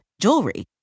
jewelry